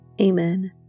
Amen